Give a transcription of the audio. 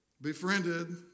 befriended